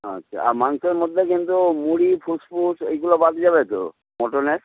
আচ্ছা আর মাংসর মধ্যে কিন্তু মুরগির ফুসফুস এইগুলো বাদ যাবে তো মটনের